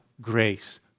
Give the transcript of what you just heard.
grace